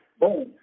Boom